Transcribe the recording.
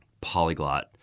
polyglot